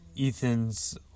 Ethan's